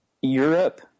Europe –